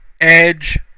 Edge